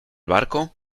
barco